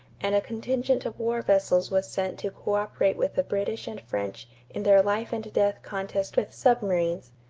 and a contingent of war vessels was sent to cooperate with the british and french in their life-and-death contest with submarines.